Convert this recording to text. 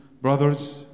brothers